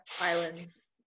islands